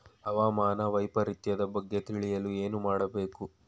ಹವಾಮಾನ ವೈಪರಿತ್ಯದ ಬಗ್ಗೆ ತಿಳಿಯಲು ಏನು ಮಾಡಬೇಕು?